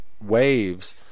waves